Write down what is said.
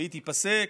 והיא תיפסק,